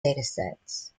datasets